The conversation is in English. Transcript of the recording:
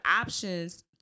options